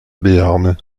béarn